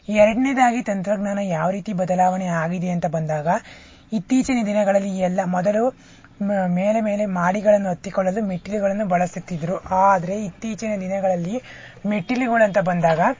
ಎರಡನೇದಾಗಿ ತಂತ್ರಜ್ಞಾನ ಯಾವ ರೀತಿ ಬದಲಾವಣೆ ಆಗಿದೆ ಅಂತ ಬಂದಾಗ ಇತ್ತೀಚಿನ ದಿನಗಳಲ್ಲಿ ಎಲ್ಲ ಮೊದಲು ಮೇಲೆ ಮೇಲೆ ಮಹಡಿಗಳನ್ನು ಹತ್ತಿಕೊಳ್ಳಲು ಮೆಟ್ಟಿಲುಗಳನ್ನು ಬಳಸುತ್ತಿದ್ರು ಆದರೆ ಇತ್ತೀಚಿನ ದಿನಗಳಲ್ಲಿ ಮೆಟ್ಟಿಲುಗಳು ಅಂತ ಬಂದಾಗ